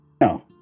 No